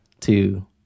two